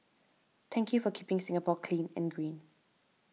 thank you for keeping Singapore clean and green